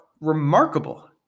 remarkable